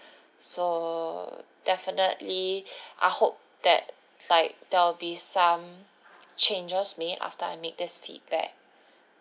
so definitely I hope that like there'll be some changes made after I make this feedback